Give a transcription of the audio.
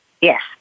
Yes